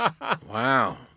wow